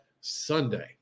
Sunday